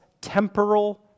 temporal